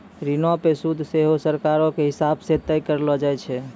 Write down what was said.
ऋणो पे सूद सेहो सरकारो के हिसाब से तय करलो जाय छै